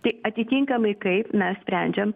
tai atitinkamai kaip mes sprendžiam